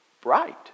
bright